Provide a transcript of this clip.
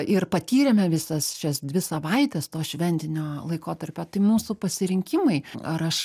ir patyrėme visas šias dvi savaites to šventinio laikotarpio tai mūsų pasirinkimai ar aš